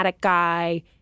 guy